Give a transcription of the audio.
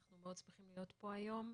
אנחנו מאוד שמחים להיות פה היום,